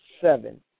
seven